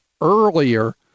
earlier